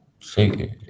See